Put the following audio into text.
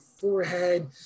forehead